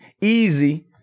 Easy